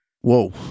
whoa